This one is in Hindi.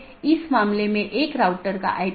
तो इस मामले में यह 14 की बात है